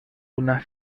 una